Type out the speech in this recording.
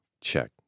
Check